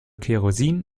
kerosin